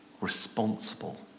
responsible